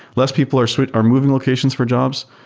less people are so are moving locations for jobs.